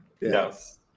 Yes